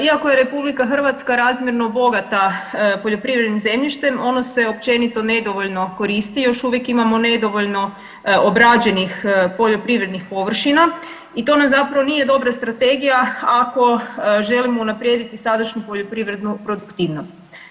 Iako je RH razmjerno bogata poljoprivrednim zemljištem ono se općenito nedovoljno koristi, još uvijek imamo nedovoljno obrađenih poljoprivrednih površina i nam zapravo nije dobra strategija ako želimo unaprijediti sadašnju poljoprivrednu produktivnost.